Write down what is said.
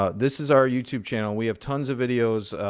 ah this is our youtube channel. we have tons of videos.